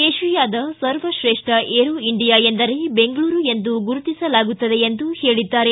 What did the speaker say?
ಏಷಿಯಾದ ಸರ್ವತ್ರೇಷ್ಠ Aero India ಎಂದರೆ ಬೆಂಗಳೂರು ಎಂದು ಗುರುತಿಸಲಾಗುತ್ತದೆ ಎಂದು ಹೇಳಿದ್ದಾರೆ